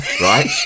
right